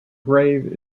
grave